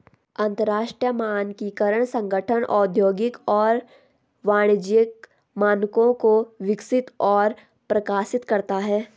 अंतरराष्ट्रीय मानकीकरण संगठन औद्योगिक और वाणिज्यिक मानकों को विकसित और प्रकाशित करता है